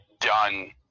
done